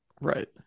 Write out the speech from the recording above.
Right